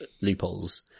loopholes